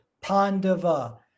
Pandava